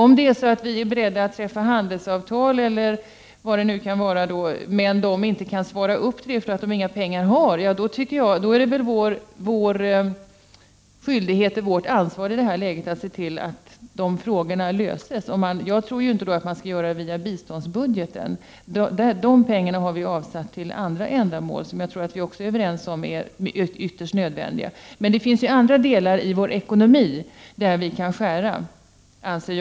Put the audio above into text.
Om vi är beredda att träffa handelsavtal men de inte kan klara det därför att de inte har pengar, är det vårt ansvar att se till att frågorna löses. Jag tror inte att det skall göras via biståndsbudgeten, eftersom de pengarna är avsatta för andra ändamål, som också är ytterst nödvändiga, men det finns andra delar av vår ekonomi som vi kan skära ned.